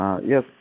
Yes